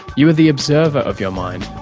you are the observer of your mind,